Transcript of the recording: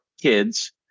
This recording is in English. kids